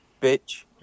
bitch